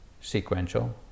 sequential